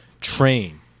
train